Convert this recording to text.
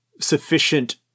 sufficient